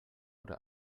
oder